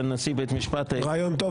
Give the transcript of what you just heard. נשיא בית-המשפט העליון --- רעיון טוב.